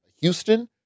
Houston